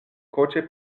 coche